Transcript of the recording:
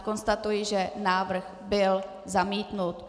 Konstatuji, že návrh byl zamítnut.